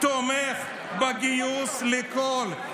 תומך בגיוס לכול,